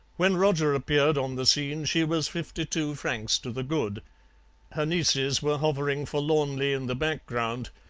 when roger appeared on the scene she was fifty-two francs to the good her nieces were hovering forlornly in the background,